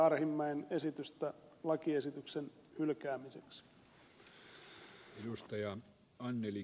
arhinmäen ehdotusta lakiesityksen hylkäämiseksi